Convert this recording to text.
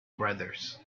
brothers